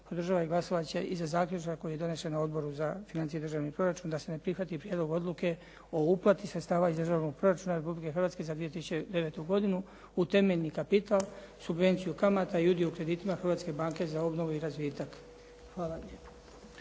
podržava i glasovat će i za zaključak koji je donesen na Odboru za financije i državni proračun da se ne prihvati prijedlog odluke o uplati sredstava iz Državnog proračuna Republike Hrvatske za 2009. godinu u temeljni kapital subvenciju kamata i udio u kreditima Hrvatske banke za obnovu i razvitak. Hvala lijepo.